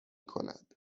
کند